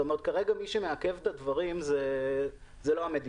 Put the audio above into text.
כרגע מי שמעכב את הדברים זה לא המדינה.